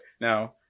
Now